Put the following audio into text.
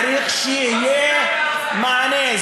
צריך שיהיה מענה.